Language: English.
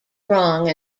wrong